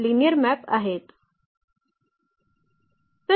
linear map आहेत